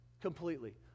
Completely